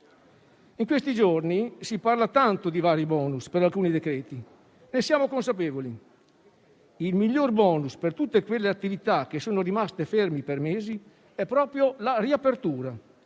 In questi giorni si parla tanto di vari *bonus* per alcuni decreti, ne siamo consapevoli; il miglior *bonus* per tutte quelle attività che sono rimaste fermi per mesi è proprio la riapertura